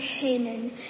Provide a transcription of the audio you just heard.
Canaan